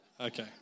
Okay